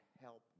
help